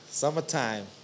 Summertime